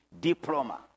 diploma